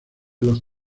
los